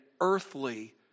earthly